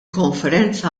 konferenza